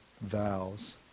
vows